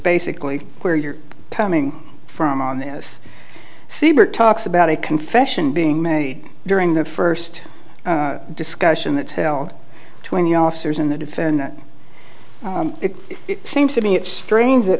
basically where you're coming from on this siebert talks about a confession being made during the first discussion it's held twenty officers in the defendant it seems to me it's strange that